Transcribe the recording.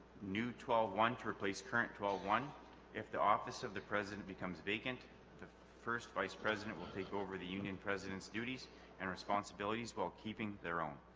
new twelve one to replace current twelve one if the office of the president becomes vacant the first vice president will take over the union presidents duties and responsibilities while keeping their own